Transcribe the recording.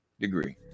degree